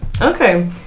Okay